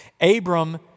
Abram